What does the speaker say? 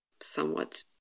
somewhat